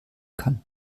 kann